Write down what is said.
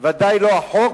שלו,